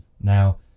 now